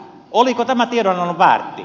oliko tämä tiedonannon väärtti